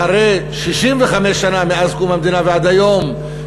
אחרי 65 שנה מאז קום המדינה ועד היום,